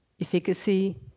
efficacy